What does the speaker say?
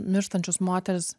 mirštančios moterys